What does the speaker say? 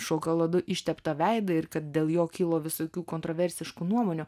šokoladu išteptą veidą ir kad dėl jo kilo visokių kontroversiškų nuomonių